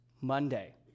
Monday